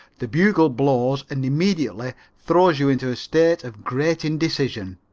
the bugle blows and immediately throws you into a state of great indecision.